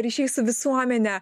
ryšiai su visuomene